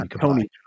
Tony